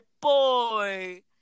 boy